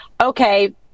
Okay